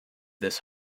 this